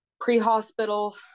pre-hospital